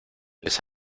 les